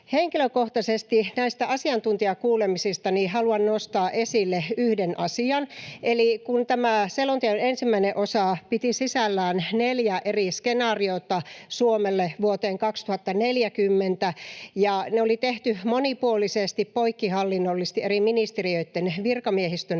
Henkilökohtaisesti näistä asiantuntijakuulemisista haluan nostaa esille yhden asian. Eli kun tämän selonteon ensimmäinen osa piti sisällään neljä eri skenaariota Suomelle vuoteen 2040 ja ne oli tehty monipuolisesti, poikkihallinnollisesti eri ministeriöitten virkamiehistön